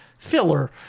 filler